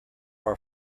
are